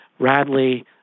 Radley